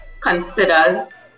considers